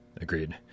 agreed